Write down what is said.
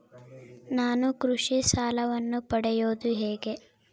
ನಾನು ಕೃಷಿ ಸಾಲವನ್ನು ಪಡೆಯೋದು ಹೇಗೆ?